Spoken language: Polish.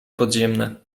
podziemne